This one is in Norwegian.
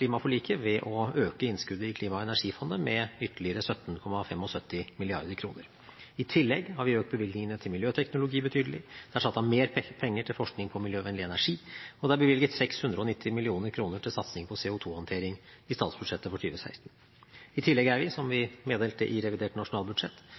klimaforliket ved å øke innskuddet i klima- og energifondet med ytterligere 17,75 mrd. kr. I tillegg har vi økt bevilgningene til miljøteknologi betydelig, det er satt av mer penger til forskning på miljøvennlig energi, og det er bevilget 690 mill. kr til satsing på CO2-håndtering i statsbudsjettet for 2016. I tillegg er vi, som vi meddelte i revidert nasjonalbudsjett,